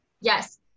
Yes